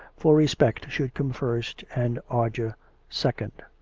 for respect should come first and ardour second.